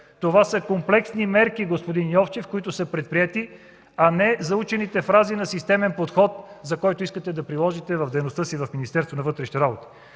Това са комплексни мерки, господин Йовчев, които са предприети, а не заучените фрази на системен подход, който искате да приложите в дейността си в Министерството на вътрешните работи.